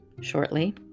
shortly